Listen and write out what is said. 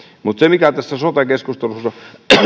mutta se mikä tässä sote keskustelussa